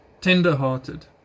tender-hearted